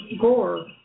Gore